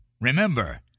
remember